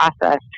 process